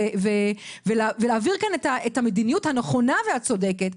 ולהעביר פה את המדיניות הנכונה והצודקת.